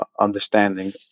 understanding